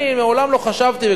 אני מעולם לא חשבתי,